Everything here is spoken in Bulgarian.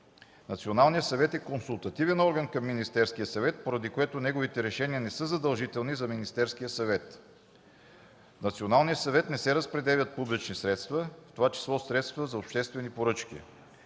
Националният съвет е консултативен орган към Министерския съвет, поради което неговите решения не са задължителни за Министерския съвет. В Националния съвет не се разпределят публични средства, в това число средства за обществени поръчки.